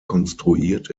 konstruiert